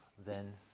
then,